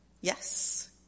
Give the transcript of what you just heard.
yes